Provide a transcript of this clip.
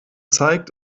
zeigt